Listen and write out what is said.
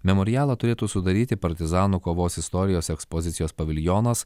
memorialą turėtų sudaryti partizanų kovos istorijos ekspozicijos paviljonas